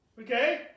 Okay